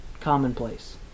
commonplace